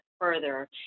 further